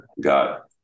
got